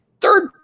Third